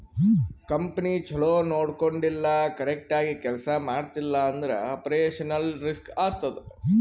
company ಛಲೋ ನೊಡ್ಕೊಂಡಿಲ್ಲ, correct ಆಗಿ ಕೆಲ್ಸಾ ಮಾಡ್ತಿಲ್ಲ ಅಂದುರ್ ಆಪರೇಷನಲ್ ರಿಸ್ಕ್ ಆತ್ತುದ್